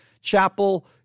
chapel